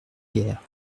guerre